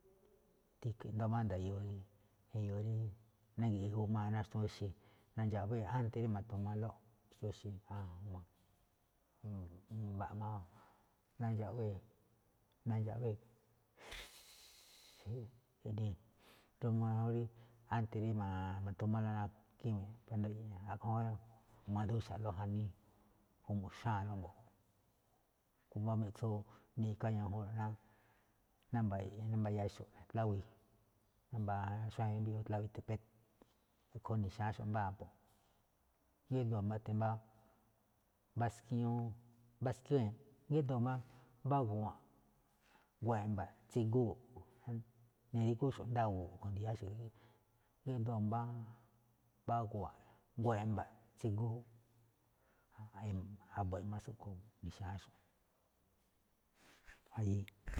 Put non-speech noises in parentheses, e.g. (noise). I̱ndo̱ó máꞌ nda̱yo̱o̱ rí, nda̱yo̱o̱ rí na̱gi̱ꞌi̱i̱ g (hesitation) a ná xtuun ixe̱, nandxaꞌwée̱ xxxx iꞌnii̱ n (hesitation) uu rí ánte̱ rí ma̱t (hesitation) alóꞌ ná gíwe̱e̱nꞌ. (hesitation) (unintelligible) a̱ꞌkhue̱n ma̱duxa̱ꞌlóꞌ janíí, o mu̱ꞌxnáa̱lóꞌ mbo̱ꞌ, a̱ꞌkhue̱n mbá miꞌtsún nika gáñajunlo̱ꞌ ná mbayo̱ꞌ, ná mbayaxo̱ꞌ tlahui, mbaa xuajen rí mbiꞌyuu tlahuitepec, a̱ꞌkhue̱n ni̱xna̱áxo̱ꞌ mbáa a̱bo̱ꞌ, gíꞌdoo̱ máꞌ timbá skíñú, gíꞌdoo̱ máꞌ mbá gu̱wa̱ꞌ e̱mba̱ tsiguu̱, ni̱rígúxo̱ꞌ ndáwoo̱ꞌ, a̱ꞌkhue̱n ndi̱ya̱áxo̱ꞌ rí gi̱ꞌdoo̱ mbá guwa̱ꞌ gu̱wa̱ꞌ e̱mba̱ tsigu, ikhaa a̱bo̱ꞌ ema tsúꞌkhue̱n ni̱xna̱áxo̱ꞌ. (unintelligible)